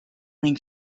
when